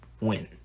win